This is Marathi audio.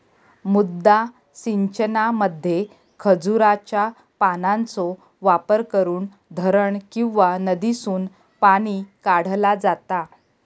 मुद्दा सिंचनामध्ये खजुराच्या पानांचो वापर करून धरण किंवा नदीसून पाणी काढला जाता